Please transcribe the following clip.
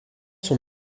sont